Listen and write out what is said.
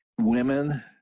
women